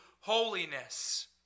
holiness